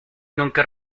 nunca